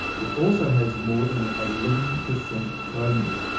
it also has more than eleven percent chromium.